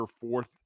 fourth